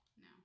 No